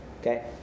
Okay